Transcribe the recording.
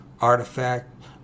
artifact